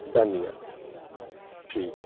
done यऽ ठीक